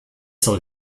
soll